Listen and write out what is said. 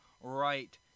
right